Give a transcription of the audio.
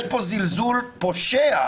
יש פה זלזול פושע,